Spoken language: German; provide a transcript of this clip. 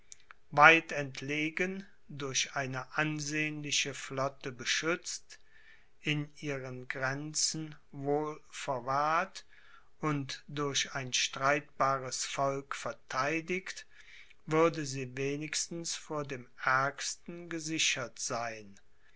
weit entlegen durch eine ansehnliche flotte beschützt in ihren grenzen wohl verwahrt und durch ein streitbares volk vertheidigt würde sie wenigstens vor dem aergsten gesichert sein